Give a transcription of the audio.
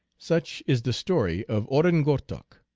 such is the story of oren gortok,